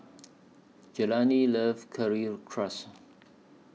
Jelani loves Currywurst